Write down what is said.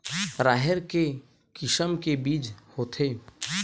राहेर के किसम के बीज होथे?